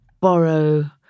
borrow